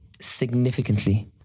significantly